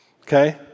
Okay